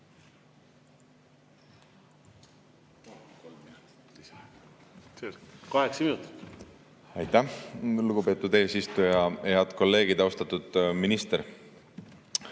Aitäh, lugupeetud eesistuja! Head kolleegid! Austatud minister!